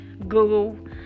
Google